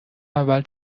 اول